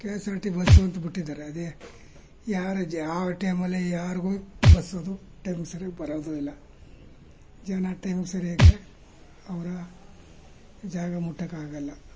K S R T bus ಅಂತ ಬಿಟ್ಟಿದ್ದಾರೆ ಅದೇ ಯಾರು ಜ ಯಾವ ಟೈಮಲ್ಲಿ ಯಾರಿಗೂ ಬಸ್ದು ಟೈಮ್ಗೆ ಸರಿಯಾಗಿ ಬರೋದೂ ಇಲ್ಲ ಜನ ಟೈಮ್ಗೆ ಸರಿಯಾಗಿಯೇ ಅವರ ಜಾಗ ಮುಟ್ಟೋಕ್ಕಾಗೋಲ್ಲ